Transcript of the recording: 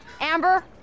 Amber